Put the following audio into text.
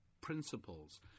principles